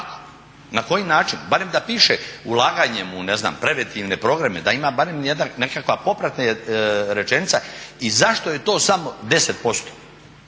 Na koji način? Barem da piše ulaganjem u ne znam preventivne programe, da ima barem jedna nekakva popratna rečenica i zašto je to samo 10%.